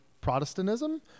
Protestantism